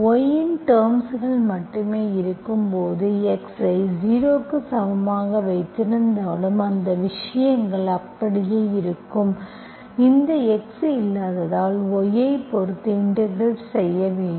y இன் டெர்ம்ஸ்கள் மட்டுமே இருக்கும்போது x ஐ 0 க்கு சமமாக வைத்திருந்தாலும் அந்த விஷயங்கள் அப்படியே இருக்கும் இந்த x இல்லாததால் y ஐ பொறுத்து இன்டெகிரெட் செய்ய வேண்டும்